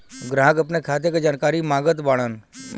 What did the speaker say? ग्राहक अपने खाते का जानकारी मागत बाणन?